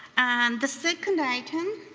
and the second item